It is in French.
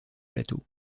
plateaux